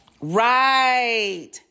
Right